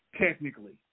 Technically